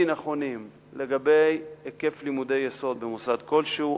נכונים לגבי היקף לימודי יסוד במוסד כלשהו,